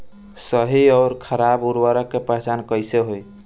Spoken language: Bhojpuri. सही अउर खराब उर्बरक के पहचान कैसे होई?